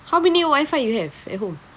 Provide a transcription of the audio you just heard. how many wifi you have at home